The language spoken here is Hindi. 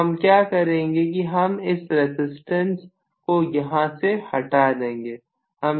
तो हम क्या करेंगे कि हम इस रसिस्टम्स को यहां से हटा देंगे